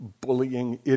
bullying